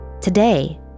Today